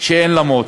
שאין למועצות,